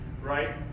right